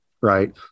Right